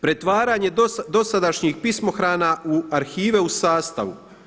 Pretvaranje dosadašnjih pismohrana u arhive u sastavu.